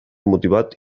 motivat